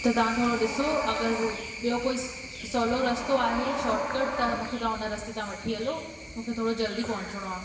त तव्हां थोरो ॾिसो अॻरि ॿियो कोइ सवलो रस्तो आहे शॉर्टकट त मूंखे तव्हां हुन रस्ते खां वठी हलो मूंखे थोरो जल्दी पहुचणो आ